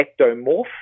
ectomorph